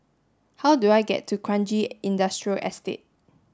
how do I get to Kranji Industrial Estate